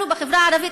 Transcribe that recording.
ואנחנו בחברה הערבית,